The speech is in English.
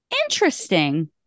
interesting